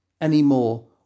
anymore